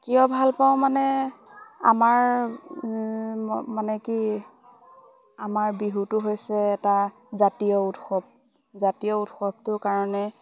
কিয় ভাল পাওঁ মানে আমাৰ মানে কি আমাৰ বিহুটো হৈছে এটা জাতীয় উৎসৱ জাতীয় উৎসৱটোৰ কাৰণে